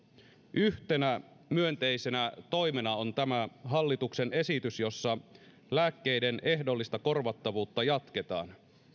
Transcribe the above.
yhtenä myönteisenä toimena on tämä hallituksen esitys jossa lääkkeiden ehdollista korvattavuutta jatketaan